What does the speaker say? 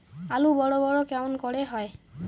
আলু বড় বড় কেমন করে হয়?